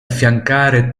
affiancare